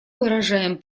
выражаем